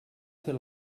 fer